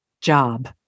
job